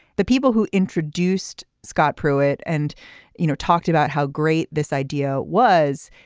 the people who introduced scott pruitt and you know talked about how great this idea was.